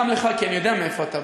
גם לך, כי אני יודע מאיפה אתה בא,